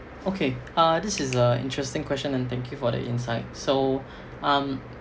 okay ah this is a interesting question and thank you for the insight so um